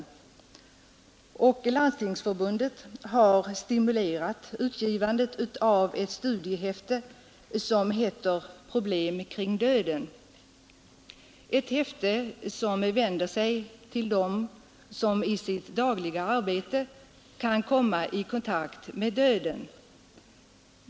Landstingsförbundet har stimulerat utgivandet av ett studiehäfte som heter ”Problem kring döden”, ett häfte som vänder sig till dem som i sitt dagliga arbete kan komma i kontakt med döden.